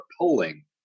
polling